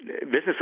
Business